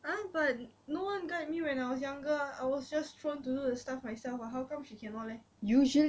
!huh! but no one guide me when I was younger I was just thrown to the stuff myself ah how come she cannot leh